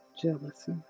jealousy